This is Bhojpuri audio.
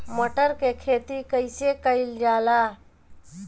मटर के खेती कइसे कइल जाला?